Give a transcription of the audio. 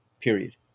period